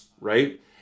right